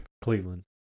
Cleveland